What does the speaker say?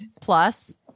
Plus